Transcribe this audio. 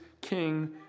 King